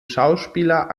schauspieler